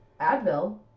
Advil